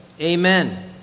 Amen